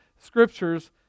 scriptures